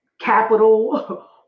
capital